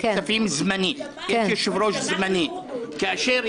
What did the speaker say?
חברים, מי שכאן, בואו נתחיל.